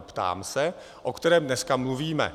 Ptám se, o kterém dneska mluvíme.